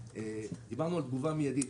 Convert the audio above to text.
דיברנו על תגובה מיידית.